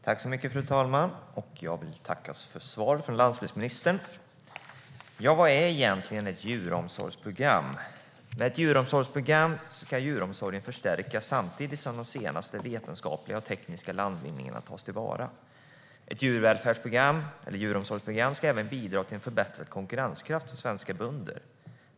Fru talman! Jag vill tacka för svaret från landsbygdsministern. Vad är egentligen ett djuromsorgsprogram? Med ett djuromsorgsprogram ska djuromsorgen förstärkas samtidigt som de senaste vetenskapliga och tekniska landvinningarna tas till vara. Ett djuromsorgsprogram ska även bidra till förbättrad konkurrenskraft för svenska bönder.